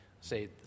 Say